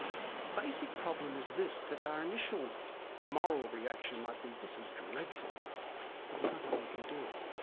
basic problem is this that our initial moral reaction might be this is dreadful but there's nothing we can do.